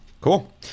cool